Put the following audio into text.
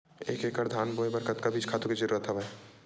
एक एकड़ धान बोय बर कतका बीज खातु के जरूरत हवय?